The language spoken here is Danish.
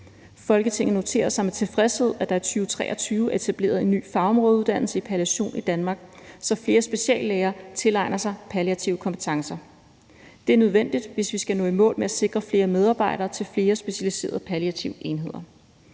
Folketinget noterer sig med tilfredshed, at der i 2023 er etableret en ny fagområdeuddannelse i palliation i Danmark, så flere speciallæger tilegner sig palliative kompetencer. Det er nødvendigt, hvis vi skal nå i mål med at sikre flere medarbejdere til flere specialiserede palliative enheder.